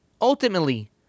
ultimately